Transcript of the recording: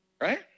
right